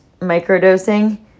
microdosing